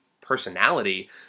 personality